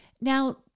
Now